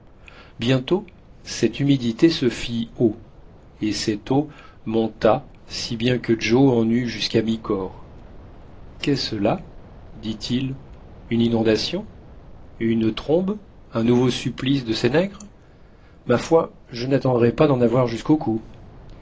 bientôt cette humidité se fit eau et cette eau monta si bien que joe en eut jusqu'à mi-corps qu'est-ce là dit-il une inondation une trombe un nouveau supplice de ces nègres ma foi je n'attendrai pas d'en avoir jusqu'au cou